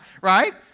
Right